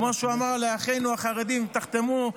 כמו שהוא אמר לאחינו החרדים: חתמו,